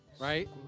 right